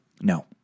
No